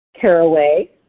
caraway